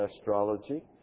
astrology